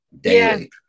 daily